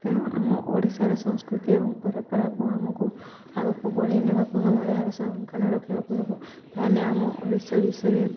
ତେଣୁ ଆମ ଓଡ଼ିଶାର ସଂସ୍କୃତି ଏବଂ ପରମ୍ପରାକୁ ଆମକୁ ଆଗକୁ ବଢ଼େଇ ନେବାକୁ ହେବ ଏହାର ସଂରକ୍ଷଣ ରଖିବାକୁ ହେବ ତାହେଲେ ଆମ ଓଡ଼ିଶା ବିଷୟରେ